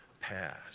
pass